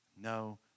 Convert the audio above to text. no